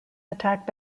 attacked